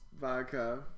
vodka